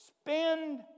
spend